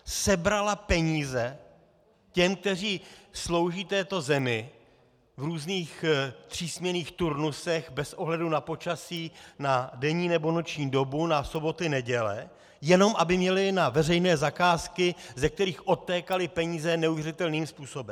Sebrala peníze těm, kteří slouží této zemi v různých zpřísněných turnusech bez ohledu na počasí, na denní nebo noční dobu, na soboty, neděle, jenom aby měli na veřejné zakázky, ze kterých odtékaly peníze neuvěřitelným způsobem.